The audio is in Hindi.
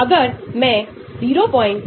KH का अर्थ है निष्कलंक Kx प्रतिस्थापित